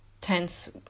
tense